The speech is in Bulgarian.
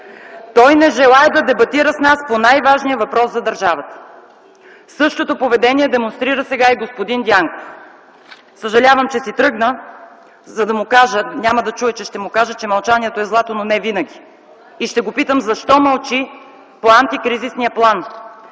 Той не желае да дебатира с нас по най-важния въпрос за държавата. Същото поведение демонстрира сега и господин Дянков. Съжалявам, че си тръгна, за да му кажа, че мълчанието е злато, но не винаги. Ще го питам: защо мълчи по антикризисния план?